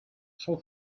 how